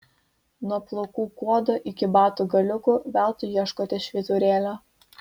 nuo plaukų kuodo iki batų galiukų veltui ieškote švyturėlio